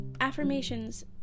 affirmations